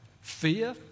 fear